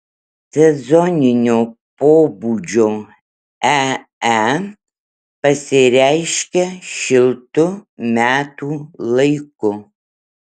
sezoninio pobūdžio ee pasireiškia šiltu metų laiku